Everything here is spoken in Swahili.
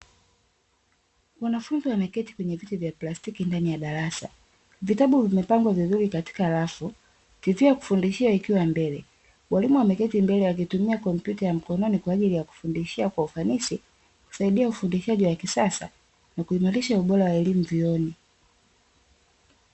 Wanafunzi wameketi kwenye viti vya plastiki ndani ya darasa, vitabu vimepangwa vizuri katika rafu ,TV ya kufundishia ikiwa mbele. Walimu wameketi mbele wakitumia kompyuta ya mkononi kwa ajili ya kufundishia kwa ufanisi, kusaidia ufundishaji wa kisasa, na kuimarisha ubora wa elimu vyuoni.